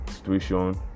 situation